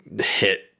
hit